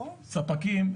ספקים,